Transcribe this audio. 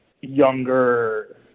younger